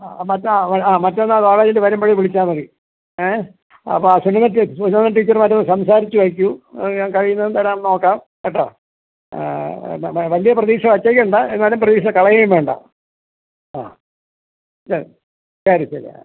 ആ മറ്റ ആ ആ മറ്റന്നാൾ കോളേജിൽ വരുമ്പോൾ വിളിച്ചാൽ മതി ഏ അപ്പം സുനന്ദ ടീ സുനന്ദ ടീച്ചറും മായൊന്ന് സംസാരിച്ച് വയ്ക്കൂ ഞാൻ കഴിയുന്നതും തരാൻ നോക്കാം കേട്ടോ ആ എന്നാൽ ബ വലിയ പ്രതീക്ഷ വെച്ചേക്കണ്ട എന്നാലും പ്രതീക്ഷ കളയുവേം വേണ്ട ആ ശരി ശരി ശരി ആ